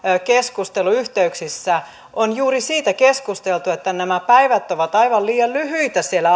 keskusteluyhteyksissä on keskusteltu juuri siitä että päivät ovat aivan liian lyhyitä siellä